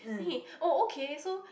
then he oh okay so